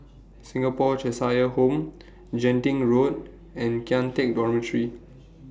Singapore Cheshire Home Genting Road and Kian Teck Dormitory